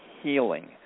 healing